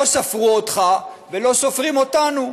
לא ספרו אותך ולא סופרים אותנו.